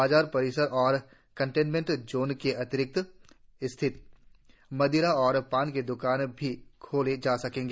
बाजार परिसर और कंटेन्मेंट जोन के अतिरिक्त स्थित मदिरा और पान की द्कानें भी खोली जा सकेंगी